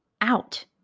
out